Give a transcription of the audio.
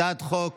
הצעת חוק